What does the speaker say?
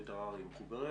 נורית הררי בנואליד.